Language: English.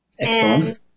Excellent